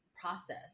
process